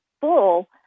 full